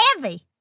heavy